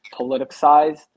politicized